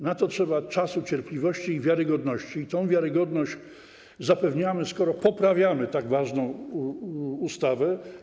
Na to trzeba czasu, cierpliwości i wiarygodności, i tę wiarygodność zapewniamy, skoro poprawiamy tak ważną ustawę.